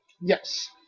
Yes